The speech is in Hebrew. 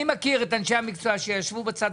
אני מכיר את אנשי המקצוע שישבו בצד